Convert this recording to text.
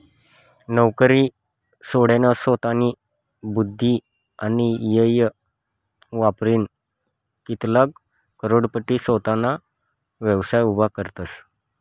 नवकरी सोडीनसोतानी बुध्दी आणि येय वापरीन कित्लाग करोडपती सोताना व्यवसाय उभा करतसं